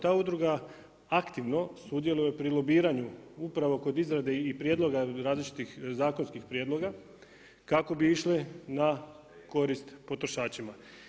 Ta udruga aktivno sudjeluje pri lobiranju upravo kod izrade i prijedloga različitih zakonskih prijedloga kako bi išle na korist potrošačima.